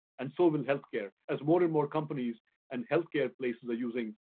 and so will healthcare. as more and more companies and healthcare places are using